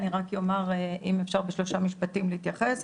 רק אם אפשר בשלושה משפטים להתייחס.